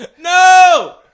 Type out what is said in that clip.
No